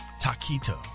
taquito